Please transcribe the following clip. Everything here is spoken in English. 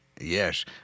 Yes